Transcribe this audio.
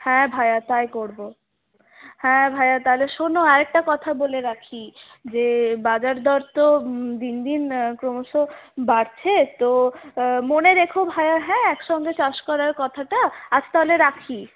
হ্যাঁ ভায়া তাই করবো হ্যাঁ ভায়া তাহলে শোনো আরেকটা কথা বলে রাখি যে বাজারদর তো দিন দিন ক্রমশ বাড়ছে তো মনে রেখো ভায়া হ্যাঁ একসঙ্গে চাষ করার কথাটা আজ তাহলে রাখি